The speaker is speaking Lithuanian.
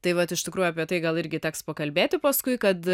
tai vat iš tikrųjų apie tai gal irgi teks pakalbėti paskui kad